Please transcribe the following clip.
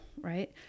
right